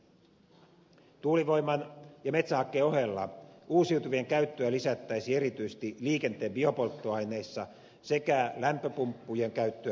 tuulivoiman ja metsähakkeen ohella uusiutuvien käyttöä lisättäisiin erityisesti liikenteen biopolttoaineissa sekä lämpöpumppujen käyttöä lisäämällä